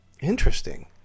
Interesting